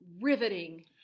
riveting